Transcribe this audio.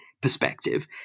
perspective